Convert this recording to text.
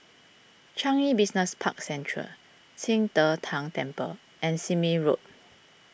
Changi Business Park Central Qing De Tang Temple and Sime Road